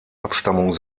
abstammung